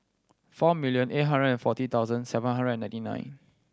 four million eight hundred and forty thousand seven hundred and ninety nine